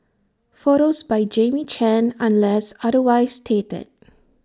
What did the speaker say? photos by Jamie chan unless otherwise stated